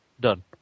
done